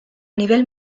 nivel